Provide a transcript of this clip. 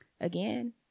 Again